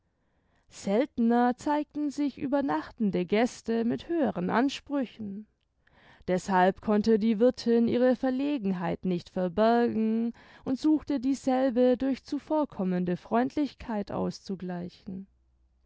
seltener zeigten sich übernachtende gäste mit höheren ansprüchen deßhalb konnte die wirthin ihre verlegenheit nicht verbergen und suchte dieselbe durch zuvorkommende freundlichkeit auszugleichen